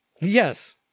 Yes